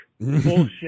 bullshit